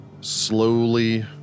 slowly